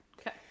Okay